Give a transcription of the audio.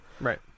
Right